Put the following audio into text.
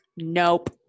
Nope